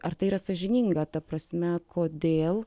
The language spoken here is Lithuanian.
ar tai yra sąžininga ta prasme kodėl